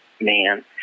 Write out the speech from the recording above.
man